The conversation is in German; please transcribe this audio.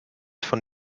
von